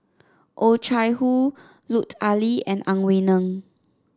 Oh Chai Hoo Lut Ali and Ang Wei Neng